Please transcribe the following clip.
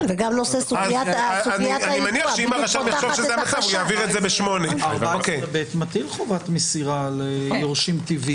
אם חייבים לפרסם, וזה עניין פרשני,